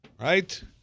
Right